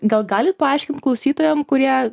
gal galit paaiškinti klausytojam kurie